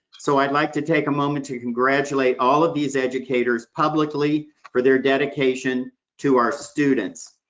so i'd like to take a moment to congratulate all of these educators publicly for their dedication to our students.